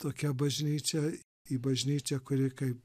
tokia bažnyčia į bažnyčią kuri kaip